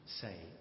say